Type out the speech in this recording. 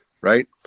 right